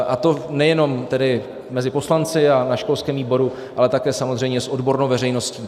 A to nejenom tedy mezi poslanci a na školském výboru, ale také samozřejmě s odbornou veřejností.